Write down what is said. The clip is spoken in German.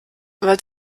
weil